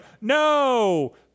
no